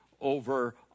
over